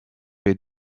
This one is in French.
les